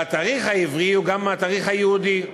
והתאריך העברי הוא גם התאריך היהודי.